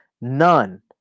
none